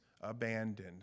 abandoned